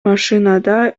машинада